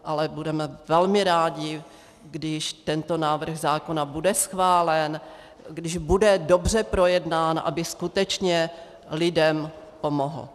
Ale budeme velmi rádi, když tento návrh zákona bude schválen, když bude dobře projednán, aby skutečně lidem pomohl.